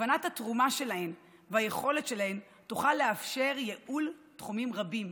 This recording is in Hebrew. הבנת התרומה שלהן והיכולת שלהן תוכל לאפשר ייעול תחומים רבים